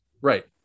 Right